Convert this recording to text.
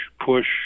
push